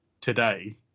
today